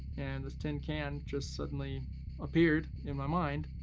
and this tin can just suddenly appeared in my mind.